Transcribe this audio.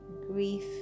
grief